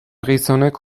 gizonek